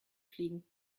fliegen